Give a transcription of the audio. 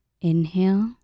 Inhale